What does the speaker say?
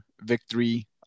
victory